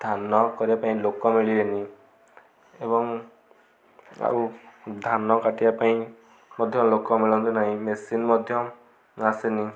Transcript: ଧାନ କରିବା ପାଇଁ ଲୋକ ମିଳିଲେନି ଏବଂ ଆଉ ଧାନ କାଟିବା ପାଇଁ ମଧ୍ୟ ଲୋକ ମିଳନ୍ତି ନାହିଁ ମେସିନ୍ ମଧ୍ୟ ଆସେନି